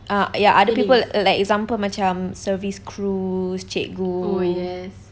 err ya other people like example macam service crews cikgu